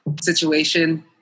situation